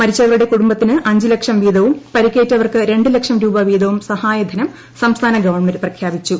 മരിച്ചവരുടെ കുടുംബത്തിന്റ് ലക്ഷം വീതവും പരിക്കേറ്റവർക്ക് രണ്ട് ലക്ഷ് രൂപ്പ വീതവും സഹായധനം സംസ്ഥാന ഗവൺമെന്റ് പ്രഖ്യാപിച്ചു